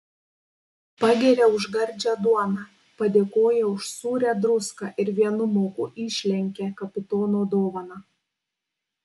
pagiria už gardžią duoną padėkoja už sūrią druską ir vienu mauku išlenkia kapitono dovaną